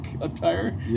attire